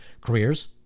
Careers